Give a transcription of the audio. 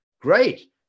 great